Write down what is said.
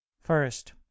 first